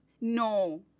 No